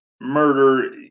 murder